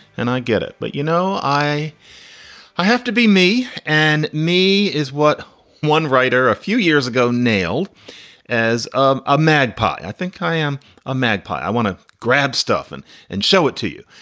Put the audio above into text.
and i get it. but, you know, i i have to be me and me is what one writer a few years ago nailed as um a magpie. think i am a magpie. i want to grab stuff and and show it to you.